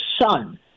son